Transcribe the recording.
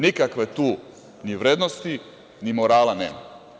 Nikakve tu ni vrednosti, ni morala nema.